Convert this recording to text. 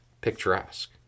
picturesque